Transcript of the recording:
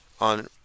on